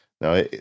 Now